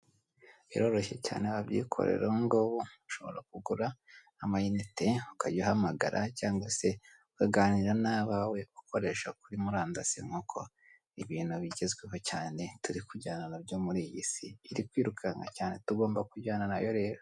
Biroroshye cyane wabyikorera ubu ngubu, ushobora kugura amanite ukajya uhamagara cyangwa se ukaganira n'abawe, ukoresha kuri murandasi nk'uko ibintu bigezweho cyane turi kujyana na byo muri iyi isi, iri kwirukanka cyane tugomba kujyana na yo rero.